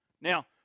Now